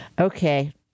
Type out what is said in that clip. Okay